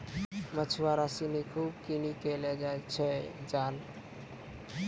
मछुआरा सिनि खूब किनी कॅ लै जाय छै जाल